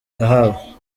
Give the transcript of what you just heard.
yahawe